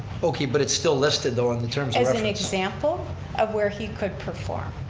okay, but it's still listed though on the terms as an example of where he could perform.